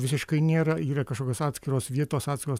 visiškai nėra yra kažkokios atskiros vietos atskiros